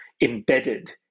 embedded